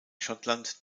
schottland